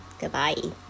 Goodbye